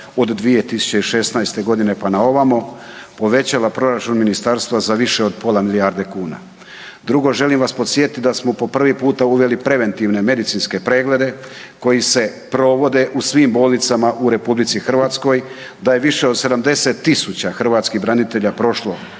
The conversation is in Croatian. od 2016. g. pa na ovamo povećava proračun ministarstva za više od pola milijarde kuna. Drugo, želim vas podsjetit da smo po prvi puta uveli preventivne medicinske preglede koji se provode u svim bolnicama u RH, da je više od 70 000 hrvatskih branitelja prošlo